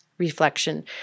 reflection